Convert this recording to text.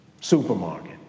supermarket